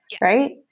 Right